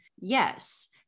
yes